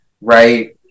right